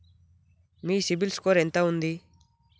మీ CIBIL score ఎంత ఉంది?